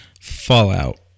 Fallout